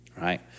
right